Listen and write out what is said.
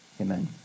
amen